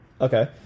Okay